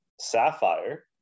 Sapphire